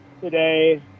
today